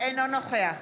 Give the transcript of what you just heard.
אינו נוכח